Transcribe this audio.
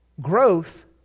growth